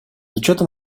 учетом